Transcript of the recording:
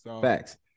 Facts